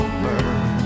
bird